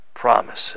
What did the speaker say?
promises